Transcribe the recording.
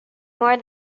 more